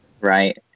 right